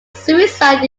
suicide